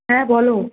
হ্যাঁ বলো